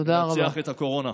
ננצח את הקורונה.